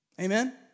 Amen